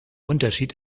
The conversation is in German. unterschied